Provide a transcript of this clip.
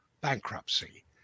bankruptcy